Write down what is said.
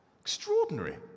Extraordinary